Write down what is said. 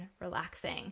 relaxing